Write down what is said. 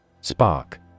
Spark